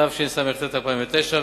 התשס"ט 2009,